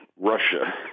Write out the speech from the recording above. Russia